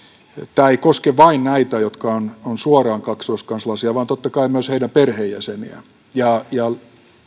tämä ei koske vain näitä jotka ovat suoraan kaksoiskansalaisia vaan totta kai myös heidän perheenjäseniään ja ja